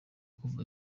kuva